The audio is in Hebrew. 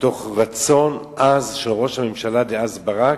מתוך רצון עז של ראש הממשלה דאז ברק,